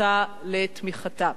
וזכתה לתמיכתה.